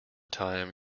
time